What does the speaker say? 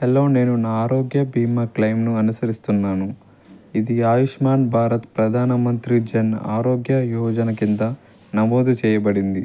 hello నేను నా ఆరోగ్య బీమా క్లెయిమ్ను అనుసరిస్తున్నాను ఇది ఆయుష్మాన్ భారత్ ప్రధాన మంత్రి జన్ ఆరోగ్య యోజన కింద నమోదు చేయబడింది